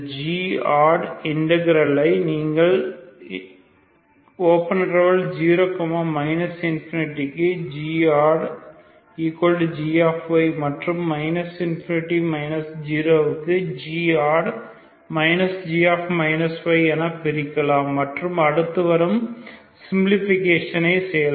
godd இன்டரகிறலை நீங்கள் 0 ∞க்கு goddg மற்றும் ∞ 0க்குgodd g என பிரிக்கலாம் மற்றும் அடுத்து வரும் சிம்பிளிஃபிகேஷனை செய்யலாம்